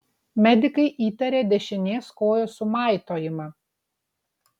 medikai įtarė dešinės kojos sumaitojimą